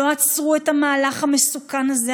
לא עצרו את המהלך המסוכן הזה,